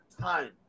time